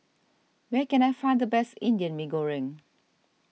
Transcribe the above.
where can I find the best Indian Mee Goreng